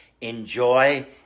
Enjoy